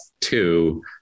two